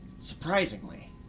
surprisingly